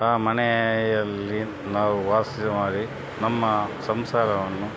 ಆ ಮನೆಯಲ್ಲಿ ನಾವು ವಾಸ ಮಾಡಿ ನಮ್ಮ ಸಂಸಾರವನ್ನು